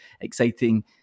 exciting